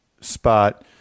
spot